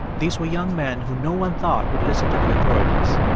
these were young men who no one thought would listen to the authorities.